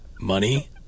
money